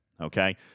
okay